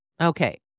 Okay